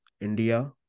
India